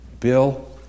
Bill